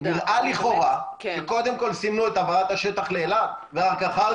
נראה לכאורה שקודם כל סימנו את העברת השטח לאלעד ורק אחר